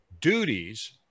duties